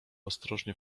ostrożnie